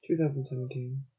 2017